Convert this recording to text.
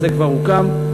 אבל זה כבר הוקם,